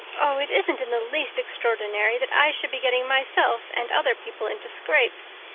oh, it isn't in the least extraordinary that i should be getting myself and other people into scrapes,